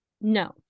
no